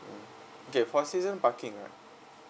mm okay for season parking right